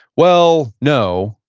well no,